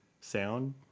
sound